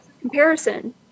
comparison